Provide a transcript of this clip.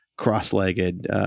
cross-legged